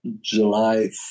july